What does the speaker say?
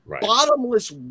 bottomless